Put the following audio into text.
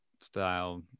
style